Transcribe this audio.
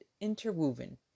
interwoven